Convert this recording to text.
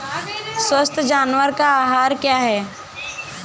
स्वस्थ जानवर का आहार क्या है?